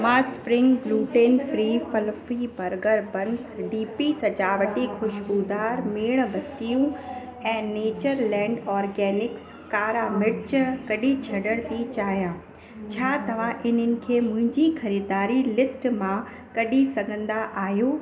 मां spring gluten free fluffy burger buns D P सजावटी ख़ुशबूदार मेणबतियूं ऐं नेचरलैंड ऑर्गेनिक्स कारा मिर्चु कढी छॾण थी चाहियां छा तव्हां इन्हनि खे मुंहिंजी ख़रीदारी लिस्ट मां कढी सघंदा आहियो